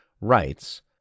writes